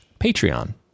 Patreon